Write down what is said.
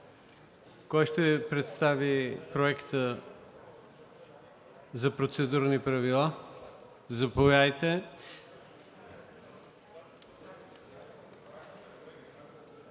Кой ще представи Проекта за процедурни правила? Заповядайте.